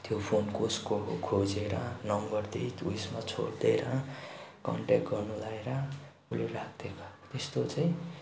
त्यो फोन कसको हो खोजेर नम्बर दिई त्यो उयेसमा छोडिदिएर कन्ट्याक गर्नु लगाएर उसले राखिदिएको त्यस्तो चाहिँ